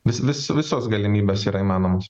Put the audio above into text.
vis vis visos galimybės yra įmanomos